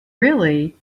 really